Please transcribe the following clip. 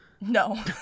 No